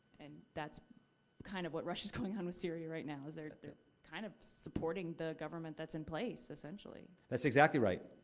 and that's kind of what russia's going on with syria right now, is they're kind of supporting the government that's in place, essentially. that's exactly right.